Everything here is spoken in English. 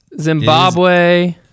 Zimbabwe